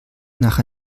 nach